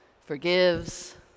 forgives